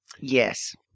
Yes